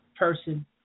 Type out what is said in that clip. person